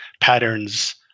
patterns